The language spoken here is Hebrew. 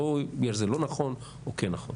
לא בגלל שזה לא נכון או כן נכון.